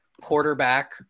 quarterback